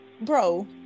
bro